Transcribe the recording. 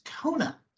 Kona